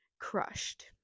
crushed